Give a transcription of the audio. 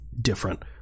different